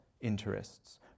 interests